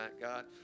God